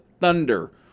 Thunder